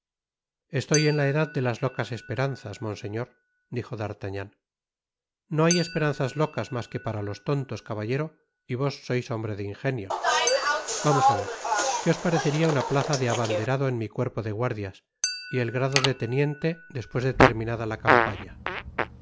estoy en la edad de las locas esperanzas monseñor dijo d'artagnan no hay esperanzas locas mas que para los tontos caballero y vos sois hombre de ingenio vamos á ver qué os parecería una plaza de abanderado en mi cuerpo de guardias y el grado de teniente despues de terminada la campaña